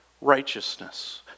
righteousness